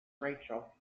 rachel